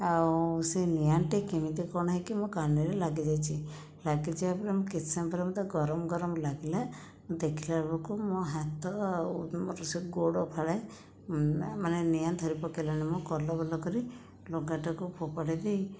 ଆଉ ସେ ନିଆଁଟି କେମିତି କ'ଣ ହୋଇକି ମୋ କାନିରେ ଲାଗିଯାଇଛି ଲାଗିଯିବା ପରେ ମୁଁ କିଛି ସମୟ ପରେ ମୋତେ ଗରମ ଗରମ ଲାଗିଲା ଦେଖିଲା ବେଳକୁ ମୋ ହାତ ଆଉ ମୋର ସେ ଗୋଡ଼ ଫାଳେ ମାନେ ନିଆଁ ଧରି ପକାଇଲାଣି ମୁଁ କଲବଲ କରି ଲୁଗାଟାକୁ ଫୋପାଡ଼ି ଦେଇ